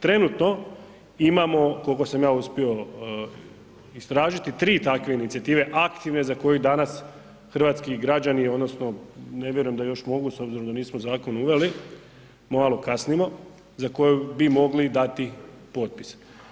Trenutno imamo, kolko sam ja uspio istražiti, 3 takve inicijative aktivne za koju danas hrvatski građani odnosno ne vjerujem da još mogu s obzirom da nismo zakon uveli, malo kasnimo, za koju bi mogli dati potpis.